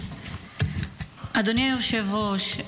אדוני היושב-ראש,